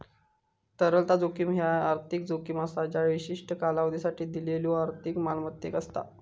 तरलता जोखीम ह्या एक आर्थिक जोखीम असा ज्या विशिष्ट कालावधीसाठी दिलेल्यो आर्थिक मालमत्तेक असता